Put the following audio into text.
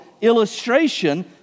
illustration